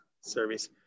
service